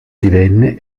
divenne